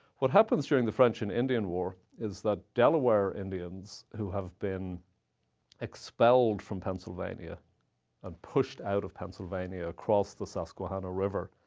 what happens during the french and indian war is that delaware indians, who have been expelled from pennsylvania and pushed out of pennsylvania across the susquehanna river,